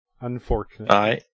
Unfortunately